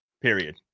period